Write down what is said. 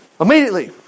immediately